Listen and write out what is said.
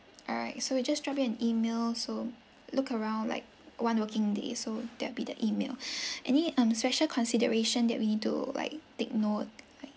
alright so we just drop you an email so look around like one working day so that'll be the email any um special consideration that we need to like take note like